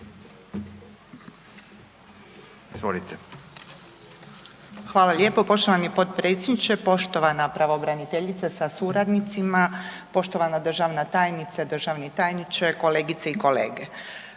(HDZ)** Hvala lijepo poštovani podpredsjedniče, poštovana pravobraniteljice sa suradnicima, poštovana državna tajnice, državni tajniče, kolegice i kolege.